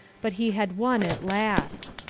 but he had won at last.